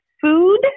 food